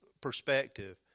perspective